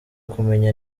kumenya